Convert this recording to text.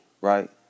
right